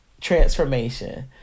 transformation